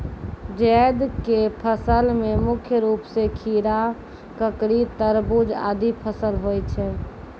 जैद क फसल मे मुख्य रूप सें खीरा, ककड़ी, तरबूज आदि फसल होय छै